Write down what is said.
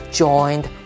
joined